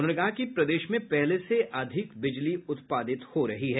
उन्होंने कहा कि प्रदेश में पहले से अधिक बिजली उत्पादित हो रही है